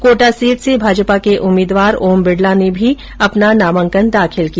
Kota seat से भाजपा के उम्मीदवार ओम बिडला ने भी अपना नामांकन दाखिल किया